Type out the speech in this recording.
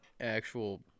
actual